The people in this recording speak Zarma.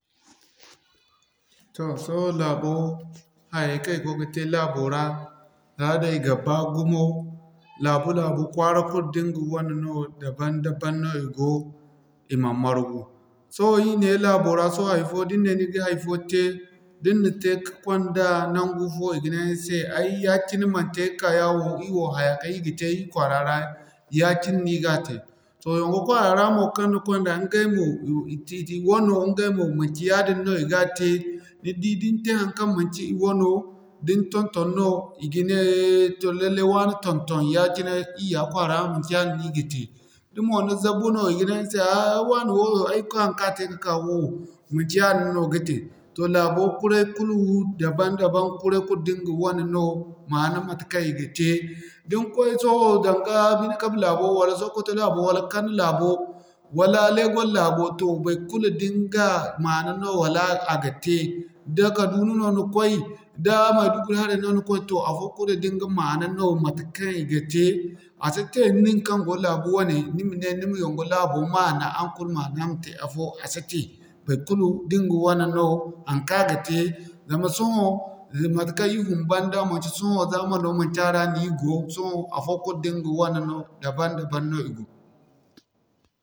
Toh sohõ laabo, hayay kaŋ i gono ga te laabo ra, al'aday ga baa gumo, laabu-laabu, kwara kulu da ŋga wane no dabam-dabam no i go, i man margu. Sohõ ir ne laabo ra sohõ hay'fo da ni ne ni ga hay'fo tey da ni na tey ka'kwanda naŋgu fo i ga ney ni se ay ya-cine man te ka'ka yaawo, ir wo hayaa kaŋ ir ga te ir kwaara ra ne ya-cine no ir ga tey. Toh yoŋgo kwaara ra mo kaŋ ni kwanda iŋgay mo i wano iŋgay mo manci yaadin no i gan tey. Ni di din tey haŋkaŋ manci i wano, din ton-ton no i ga ne toh lallai wane ton-ton ya-cine ir ya kwaara, manci yaadin no i ga te. Da mo ni zabu no i ga ne ni se ay wane wo ay haŋkaŋ a te ka'ka fu manci yaadin no ga tey. Toh laabo kuray kulu dabam-dabam da iŋga wane no maana matekaŋ i ga te. Din kway sohõ daŋga Birni-kebbi laabo wo wala Sokoto laabo, wala Kano laabo, wala Lagos laabo, baykulu da ŋga maana no wala a ga tey. Da Kaduna no ni koy, da Maiduguri haray no ni koy toh afookul da ŋga maana no matekaŋ i ga tey. A si te niŋ kaŋ go laabu wane ni ma ney ni ma yoŋgo laabo maana araŋ kulu maana ma tey afoo a si te. Baikulu da ɲga wane no haŋkaŋ a ga te zama sohõ matekaŋ ir fun banda manci sohõ zamano manci a ra no ir go, sohõ afookul da ɲga wane no dabam-dabam no i go.